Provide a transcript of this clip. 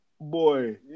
boy